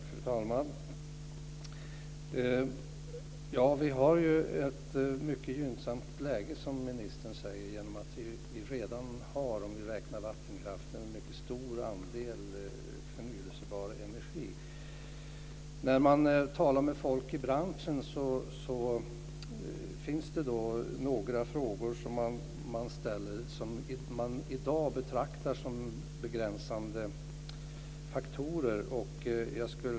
Fru talman! Som ministern säger har vi ett mycket gynnsamt läge genom att vi redan har, om vi räknar vattenkraften, en mycket stor andel förnybar energi. När jag talar med folk i branschen finns det några frågor man ställer om sådant som man i dag betraktar som begränsande faktorer.